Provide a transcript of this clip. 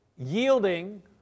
Yielding